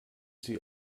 sie